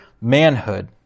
manhood